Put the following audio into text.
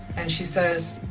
and she says,